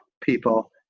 people